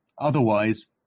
Otherwise